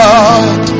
God